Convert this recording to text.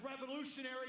revolutionary